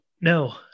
no